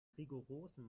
rigorosen